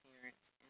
parents